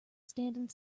standing